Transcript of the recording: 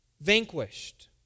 vanquished